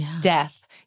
death